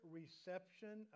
reception